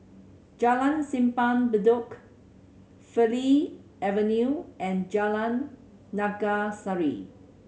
Jalan Simpang Bedok Farleigh Avenue and Jalan Naga Sari